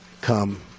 come